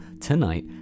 tonight